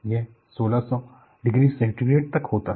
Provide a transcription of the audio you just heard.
यह 1600 degree centigrade तक होता है